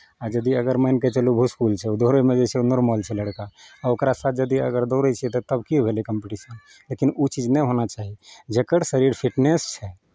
आ यदि अगर मानि कऽ चलू जे भुसकोल छै ओ दौड़यमे जे छै ओ नॉर्मल छै ओ लड़का आ ओकरा साथ यदि अगर दौड़ै छियै तऽ तब की भेलै कम्पीटिशन लेकिन ओ चीज नहि होना चाही जकर शरीर फिटनेस छै